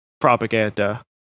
Propaganda